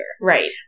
right